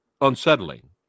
unsettling